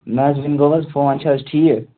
نہَ حظ وُنہِ گوٚو حظ فون چھا حظ ٹھیٖک